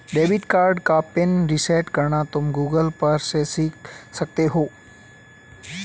debit card का pin reset करना तुम गूगल पर से सीख सकते हो